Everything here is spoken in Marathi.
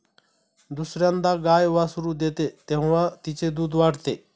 दुसर्यांदा गाय वासरू देते तेव्हा तिचे दूध वाढते